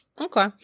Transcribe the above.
Okay